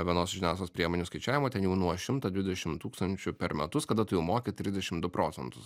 vienos žiniasklaidos priemonių skaičiavimu ten jau nuo šimto dvidešimt tūkstančių per metus kada tu jau moki trisdešimt du procentus